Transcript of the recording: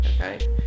Okay